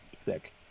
thick